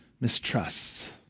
mistrusts